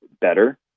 better